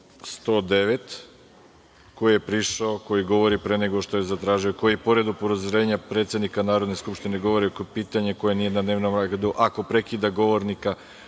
109, koji je prišao, koji govori pre nego što je zatražio reč, koji pored upozorenja predsednika Narodne skupštine govori o pitanju koje nije na dnevnom redu, ako prekida govornika